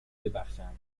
ببخشند